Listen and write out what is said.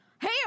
hey